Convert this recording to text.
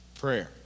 prayer